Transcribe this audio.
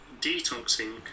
detoxing